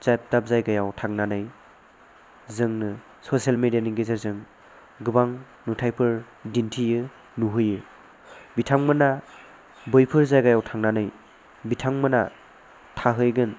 दाब दाब जायगायाव थांनानै जोंनो ससियेल मिडिया नि गेजेरजों गोबां नुथायफोर दिन्थियो नुहोयो बिथांमोना बैफोर जागायाव थांनानै बिथांमोना थाहैगोन